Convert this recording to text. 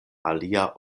alia